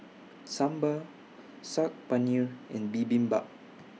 Sambar Saag Paneer and Bibimbap